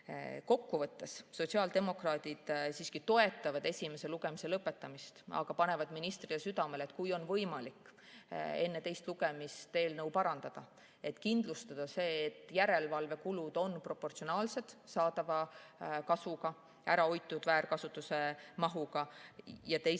Kokku võttes sotsiaaldemokraadid siiski toetavad esimese lugemise lõpetamist, aga panevad ministrile südamele, et kui on võimalik enne teist lugemist eelnõu parandada, siis kindlustada see, et järelevalvekulud on proportsionaalsed saadava kasuga, ära hoitud väärkasutuse mahuga. Ja teiseks,